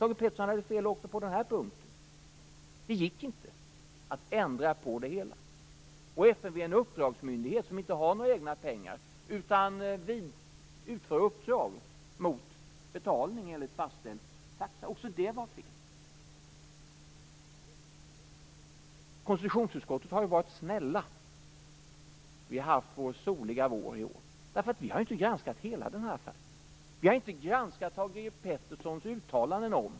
Thage Peterson hade fel också på den här punkten. Det gick inte att ändra på det hela. FMV är en uppdragsmyndighet som inte har några egna pengar utan utför uppdrag mot betalning enligt fastställd taxa. Också det var fel. Konstitutionsutskottet har ju varit snällt.